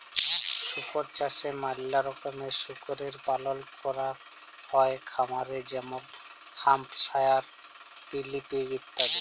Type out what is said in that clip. শুকর চাষে ম্যালা রকমের শুকরের পালল ক্যরাক হ্যয় খামারে যেমল হ্যাম্পশায়ার, মিলি পিগ ইত্যাদি